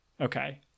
Okay